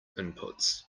inputs